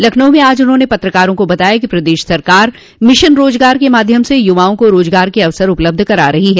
लखनऊ में आज उन्होंने पत्रकारों को बताया कि प्रदेश सरकार मिशन रोजगार के माध्यम से युवाओं को रोजगार के अवसर उपलब्ध करा रही है